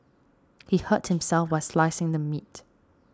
he hurt himself while slicing the meat